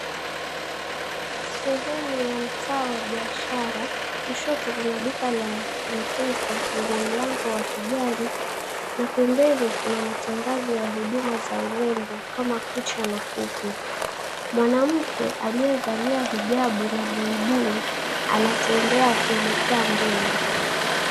Sehemu ya mtaa wa biashara. Kushoto kuna duka la M-Pesa lenye mlango wa kijani na pembeni kuna matangazo ya huduma za urembo kama kucha na kupe. Mwanamke aliyevalia hijabu na buibui anatembea kuelekea mbele.